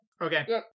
Okay